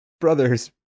brothers